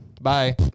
Bye